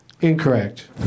Incorrect